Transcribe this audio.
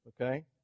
Okay